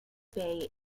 bay